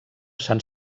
sant